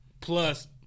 Plus